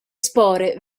spore